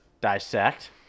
dissect